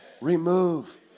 remove